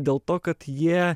dėl to kad jie